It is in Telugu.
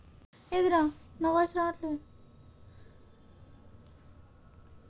మొక్కజొన్నల కత్తెర పురుగుని నివారించడం ఎట్లా?